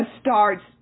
starts